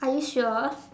are you sure